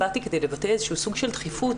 באתי כדי לבטא איזשהו סוג של דחיפות